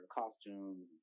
costumes